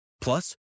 Plus